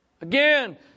Again